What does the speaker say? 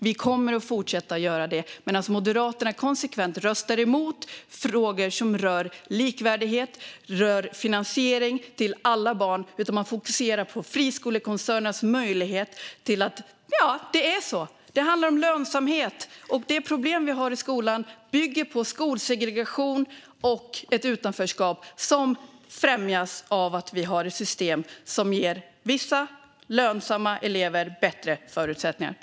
Vi kommer att fortsätta att göra det medan Moderaterna konsekvent röstar emot frågor som rör likvärdighet och finansiering till alla barn. Man fokuserar i stället på friskolekoncernernas möjlighet till lönsamhet - ja, så är det! De problem vi har i skolan bygger på skolsegregation och ett utanförskap som främjas av att vi har ett system som ger vissa lönsamma elever bättre förutsättningar.